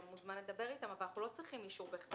אתה מוזמן לדבר אתם אבל אנחנו לא צריכים אישור בכתב.